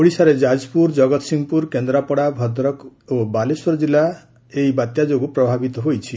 ଓଡ଼ିଶାରେ ଯାଜପୁର ଜଗତସିଂହପୁର କେନ୍ଦ୍ରାପଡ଼ା ଭଦ୍ରକ ଏବଂ ବାଲେଶ୍ୱର ଜିଲ୍ଲା ଏହି ବାତ୍ୟା ଯୋଗୁଁ ପ୍ରଭାବିତ ହୋଇଛି